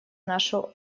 нашу